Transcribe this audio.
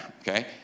Okay